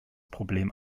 problem